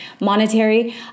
monetary